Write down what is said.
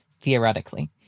theoretically